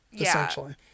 essentially